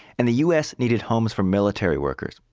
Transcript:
and the us needed homes for military workers.